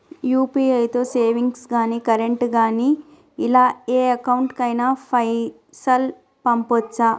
UPI తో savings గాని current గాని ఇలా ఏ అకౌంట్ కైనా పైసల్ పంపొచ్చా?